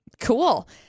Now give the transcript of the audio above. Cool